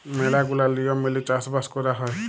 ম্যালা গুলা লিয়ম মেলে চাষ বাস কয়রা হ্যয়